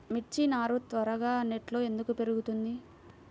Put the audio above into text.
మిర్చి నారు త్వరగా నెట్లో ఎందుకు పెరుగుతుంది?